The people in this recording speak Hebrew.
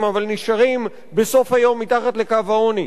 אבל נשארים בסוף היום מתחת לקו העוני.